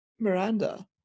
Miranda